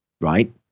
right